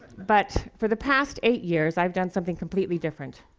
but for the past eight years, i've done something completely different.